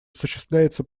осуществляется